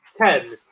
Ten